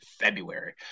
February